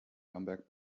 bamberg